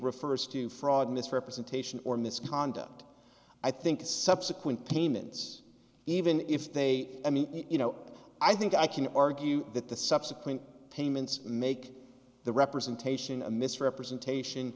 refers to fraud misrepresentation or misconduct i think it's subsequent payments even if they i mean you know i think i can argue that the subsequent payments make the representation a misrepresentation